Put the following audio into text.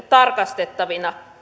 tarkastettavissa